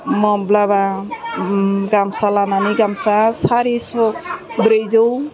माब्लाबा गामसा लानानै गामसा सारिस' ब्रैजौ